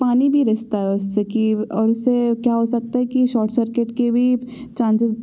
पानी भी रिसता है उससे कि और उससे क्या हो सकता है कि शॉर्ट सर्किट के भी चाँसेज़